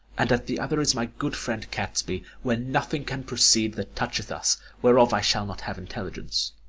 and at the other is my good friend catesby where nothing can proceed that toucheth us whereof i shall not have intelligence.